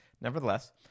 nevertheless –